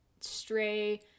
stray